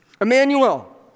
Emmanuel